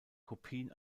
kopien